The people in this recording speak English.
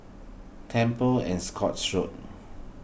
Temple and Scotts Road